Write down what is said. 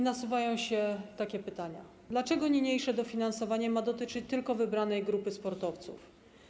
Nasuwają się takie pytania: Dlaczego niniejsze dofinansowanie ma dotyczyć tylko wybranej grupy sportowców?